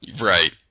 Right